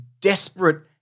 desperate